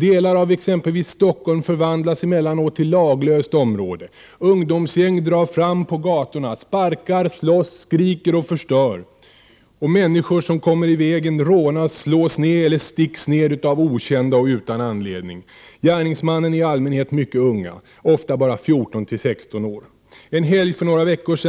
Delar av t.ex. Stockholm förvandlas emellanåt till laglöst område. Ungdomsgäng drar fram på gatorna. De sparkar, slåss, skriker och förstör. Människor som kommer i vägen rånas, slås eller sticks ned utan anledning av okända. Gärningsmännen är i allmänhet mycket unga, ofta bara 14-16 år.